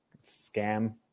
scam